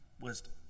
wisdom